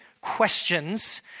questions